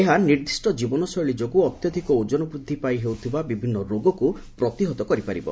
ଏହା ନିର୍ଦ୍ଧଷ୍ଟ ଜୀବନ ଶୈଳୀ ଯୋଗୁ ଅତ୍ୟଧିକ ଓଜନ ବୃଦ୍ଧି ପାଇ ହେଉଥିବା ବିଭିନ୍ନ ରୋଗକୁ ପ୍ରତିହତ କରିପାରିବ